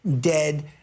dead